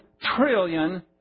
trillion